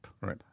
Right